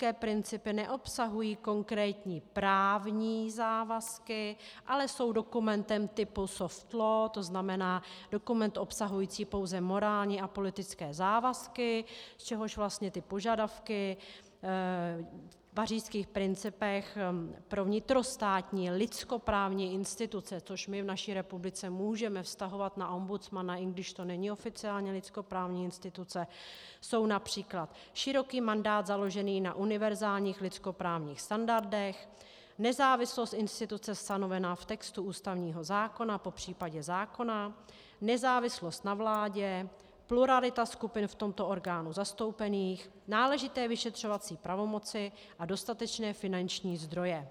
Pařížské principy neobsahují konkrétní právní závazky, ale jsou dokumentem typu soft law, to znamená dokument obsahující pouze morální a politické závazky, z čehož vlastně požadavky v pařížských principech pro vnitrostátní lidskoprávní instituce, což my v naší republice můžeme vztahovat na ombudsmana, i když to není oficiální lidskoprávní instituce, jsou například: široký mandát založený na univerzálních lidskoprávních standardech, nezávislost instituce stanovená v textu ústavního zákona, popř. zákona, nezávislost na vládě, pluralita skupin v tomto orgánu zastoupených, náležité vyšetřovací pravomoci a dostatečné finanční zdroje.